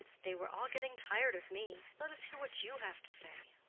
they were all getting tired of me let us hear what you have to say.